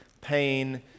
pain